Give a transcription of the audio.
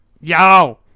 Yo